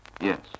Yes